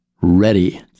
ready